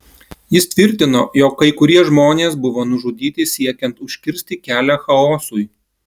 jis tvirtino jog kai kurie žmonės buvo nužudyti siekiant užkirsti kelią chaosui